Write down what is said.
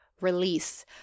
release